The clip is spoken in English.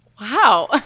wow